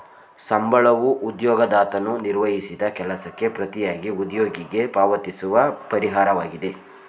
ಸಂಬಳವೂ ಉದ್ಯೋಗದಾತನು ನಿರ್ವಹಿಸಿದ ಕೆಲಸಕ್ಕೆ ಪ್ರತಿಯಾಗಿ ಉದ್ಯೋಗಿಗೆ ಪಾವತಿಸುವ ಪರಿಹಾರವಾಗಿದೆ